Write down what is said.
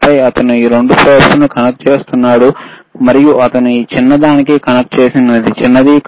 ఆపై అతను ఈ 2 ప్రోబ్స్ కనెక్ట్ చేస్తున్నాడు మరియు అతను ఈ చిన్నదానికి కనెక్ట్ చేసినది చిన్నది